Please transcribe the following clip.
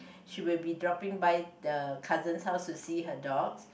she will be dropping by the cousin's house to see her dogs